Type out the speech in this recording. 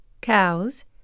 cows